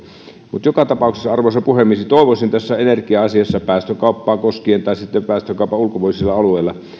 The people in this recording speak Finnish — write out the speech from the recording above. mutta joka tapauksessa arvoisa puhemies toivoisin tässä energia asiassa päästökauppaa koskien tai sitten päästökaupan ulkopuolisilla alueilla